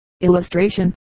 illustration